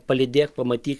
palydėk pamatyk